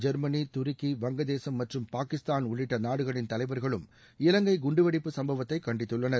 Germany துருக்கி வங்கதேசம் மற்றும் பாகிஸ்தான் உள்ளிட்ட நாடுகளின் தலைவர்களும் இவங்கை குண்டுவெடிப்பு சம்பவத்தை கண்டித்துள்ளனர்